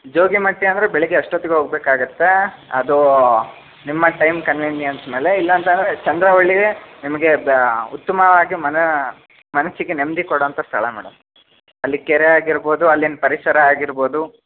ಜೋಗಿಮಟ್ಟಿ ಅಂದರೆ ಬೆಳಗ್ಗೆ ಅಷ್ಟೊತ್ತಿಗೆ ಹೋಗಬೇಕಾಗತ್ತೆ ಅದು ನಿಮ್ಮ ಟೈಮ್ ಕನ್ವೀನಿಯನ್ಸ್ ಮೇಲೆ ಇಲ್ಲ ಅಂತಂದರೆ ಚಂದ್ರವಳ್ಳಿಗೆ ನಿಮಗೆ ಉತ್ತಮವಾಗಿ ಮನ ಮನಸ್ಸಿಗೆ ನೆಮ್ಮದಿ ಕೊಡೋ ಅಂಥ ಸ್ಥಳ ಮೇಡಮ್ ಅಲ್ಲಿ ಕೆರೆ ಆಗಿರ್ಬೋದು ಅಲ್ಲಿನ ಪರಿಸರ ಆಗಿರ್ಬೋದು